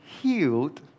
healed